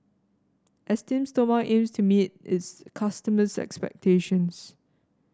Esteem Stoma aims to meet its customers' expectations